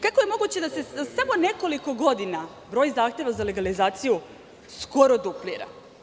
Kako je moguće da se samo nekoliko godina broj zahteva za legalizaciju skoro duplira?